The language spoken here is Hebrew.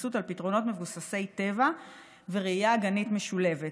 התבססות על פתרונות מבוססי טבע וראייה אגנית משולבת.